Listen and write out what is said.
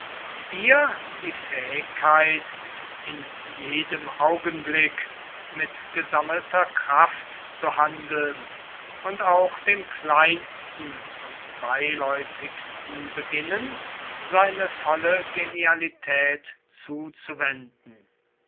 ihr die fähigkeit in jedem augenblick mit gesammelter kraft zu handeln und auch dem kleinsten und beiläufigsten beginnen seine volle genialität zuzuwenden